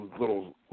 little